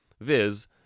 viz